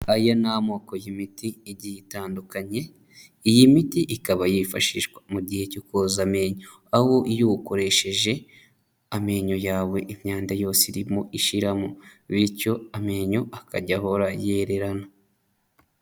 Aya ni amoko y'imiti igiye itandukanye, iyi miti ikaba yifashishwa mu gihe cyo koza amenyo aho iyo ukoresheje amenyo yawe imyanda yose irimo ishiramo bityo amenyo akajya ahora yererana.